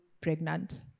pregnant